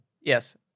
yes